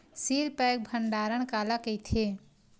Seal pack भंडारण काला कइथे?